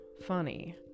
funny